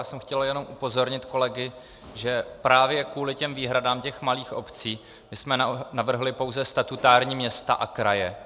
Já jsem chtěl jenom upozornit kolegy, že právě kvůli výhradám malých obcí jsme navrhli pouze statutární města a kraje.